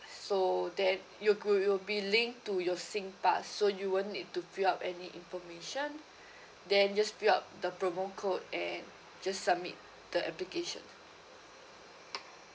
so then you'll you'll be linked to your singpass so you won't need to fill up any information then just fill up the promo code and just submit the application